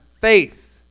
faith